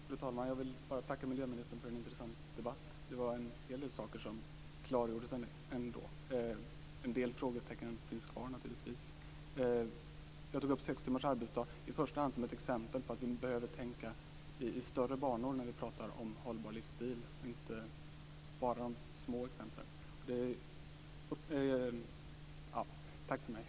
Fru talman! Jag vill bara tacka miljöministern för en intressant debatt. Det var en hel del saker som klargjordes, även om en del frågetecken naturligtvis finns kvar. Jag tog upp sex timmars arbetsdag i första hand som ett exempel på att vi behöver tänka i större banor när vi pratar om hållbar livsstil och inte bara tänka på de små exemplen. Tack för mig!